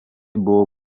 buvo